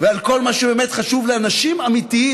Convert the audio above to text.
ועל כל מה שבאמת חשוב לאנשים אמיתיים,